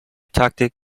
taktik